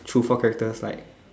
through four characters like